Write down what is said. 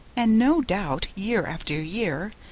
and no doubt year after year,